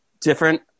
different